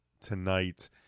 tonight